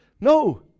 no